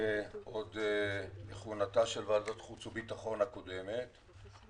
ועד בכהונתה של ועדת החוץ והביטחון הקודמת,